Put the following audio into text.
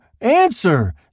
Answer